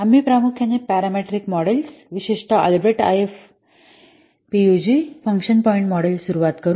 आम्ही प्रामुख्याने parametric models विशेषत Albrecht IFPUG function point model पासून सुरवात करू